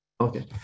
Okay